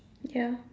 ya